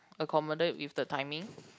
accommodate with the timing